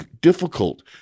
difficult